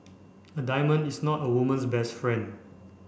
a diamond is not a woman's best friend